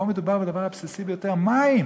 אבל פה מדובר בדבר הבסיסי ביותר: מים.